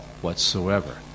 whatsoever